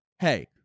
Hey